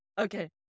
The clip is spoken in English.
Okay